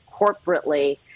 corporately